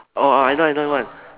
oh I know another one